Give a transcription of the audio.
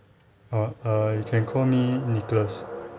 uh uh you can call me nicholas